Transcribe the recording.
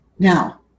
Now